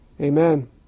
Amen